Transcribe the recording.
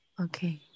Okay